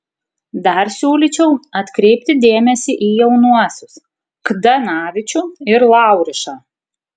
dar siūlyčiau atkreipti dėmesį į jaunuosius kdanavičių ir laurišą